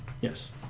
Yes